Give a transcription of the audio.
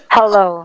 Hello